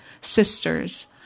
sisters